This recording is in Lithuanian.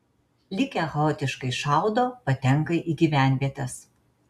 likę chaotiškai šaudo patenka į gyvenvietes